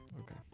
Okay